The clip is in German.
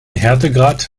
härtegrad